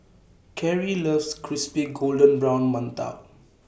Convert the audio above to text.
Cary loves Crispy Golden Brown mantou